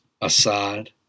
aside